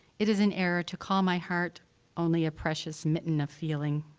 it is an error to call my heart only a precious mitten of feeling,